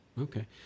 okay